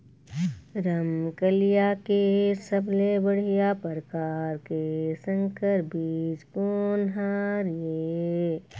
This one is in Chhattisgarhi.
रमकलिया के सबले बढ़िया परकार के संकर बीज कोन हर ये?